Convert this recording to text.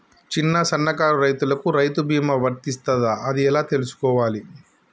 చిన్న సన్నకారు రైతులకు రైతు బీమా వర్తిస్తదా అది ఎలా తెలుసుకోవాలి?